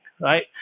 right